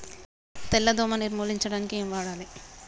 తెల్ల దోమ నిర్ములించడానికి ఏం వాడాలి?